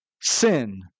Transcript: sin